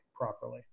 properly